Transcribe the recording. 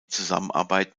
zusammenarbeit